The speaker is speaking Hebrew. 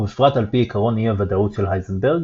ובפרט על פי עקרון אי הוודאות של הייזנברג,